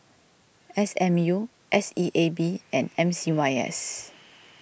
S M U S E A B and M C Y S